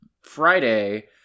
Friday